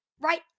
Right